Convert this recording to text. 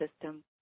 system